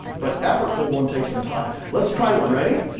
but effortful one takes some time. let's try one, ready?